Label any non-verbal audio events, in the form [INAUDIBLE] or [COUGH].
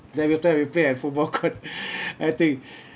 then we'll try we play at football court [BREATH] I think